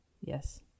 Yes